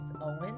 Owen